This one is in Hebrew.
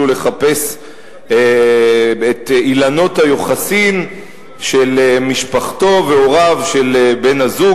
לחפש את אילנות היוחסין של משפחתו והוריו של בן-הזוג,